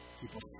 People